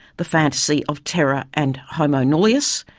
the fantasy of terra and homo nullius.